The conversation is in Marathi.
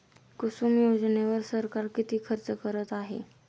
कुसुम योजनेवर सरकार किती खर्च करत आहे?